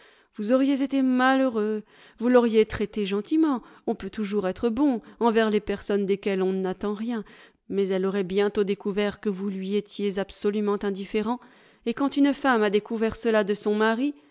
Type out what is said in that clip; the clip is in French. vous auriez été malheureux vous l'auriez traitée gentiment on peut toujours être bon envers les personnes desquelles on n'attend rien mais elle aurait bientôt découvert que vous lui étiez absolument indifférent et quand une femme a découvert cela de son mari